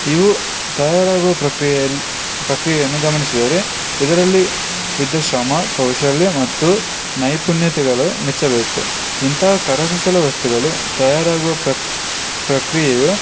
ಇವು ತಯಾರಾಗುವ ಪ್ರಕ್ರಿಯೆಯಲ್ಲಿ ಪ್ರಕ್ರಿಯೆಯನ್ನು ಗಮನಿಸಿದರೆ ಇದರಲ್ಲಿ ಇದ್ದ ಶ್ರಮ ಕೌಶಲ್ಯ ಮತ್ತು ನೈಪುಣ್ಯತೆಗಳು ಮೆಚ್ಚಬೇಕು ಇಂತಹ ಕರಕುಶಲ ವಸ್ತುಗಳು ತಯಾರಾಗುವ ಪ್ರಕ್ ಪ್ರಕ್ರಿಯೆಯು